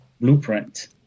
blueprint